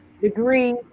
degree